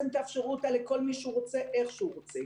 תאפשרו אותה לכל מי שרוצה איך שהוא רוצה.